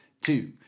two